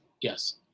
yes